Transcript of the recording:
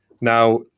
Now